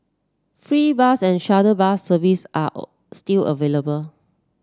free bus and shuttle bus service are still available